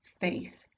faith